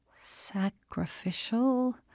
Sacrificial